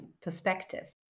perspective